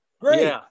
Great